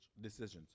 decisions